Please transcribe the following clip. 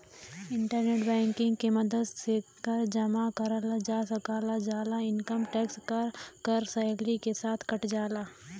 internet banking के मदद से कर जमा करल जा सकल जाला इनकम टैक्स क कर सैलरी के साथ कट जाला